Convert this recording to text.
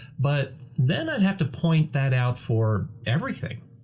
but then i'd have to point that out for everything.